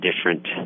different